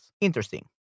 Interesting